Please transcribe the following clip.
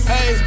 Hey